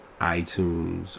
iTunes